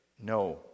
No